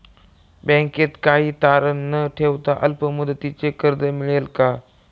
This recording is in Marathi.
बँकेत काही तारण न ठेवता अल्प मुदतीचे कर्ज मिळेल का?